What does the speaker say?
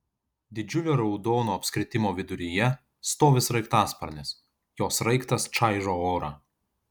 didžiulio raudono apskritimo viduryje stovi sraigtasparnis jo sraigtas čaižo orą